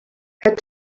had